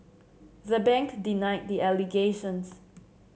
the bank denied the allegations